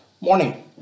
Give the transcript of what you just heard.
Morning